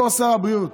בתור שר הבריאות.